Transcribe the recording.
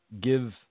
give